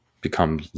become